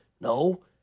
No